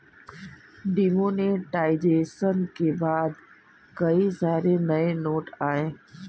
demonetisation के बाद कई सारे नए नोट आये